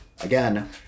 again